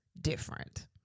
different